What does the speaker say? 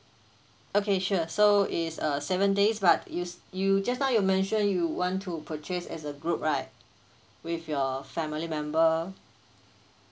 okay sure so it's uh seven days but you you just now you mentioned you want to purchase as a group right with your family member